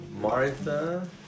martha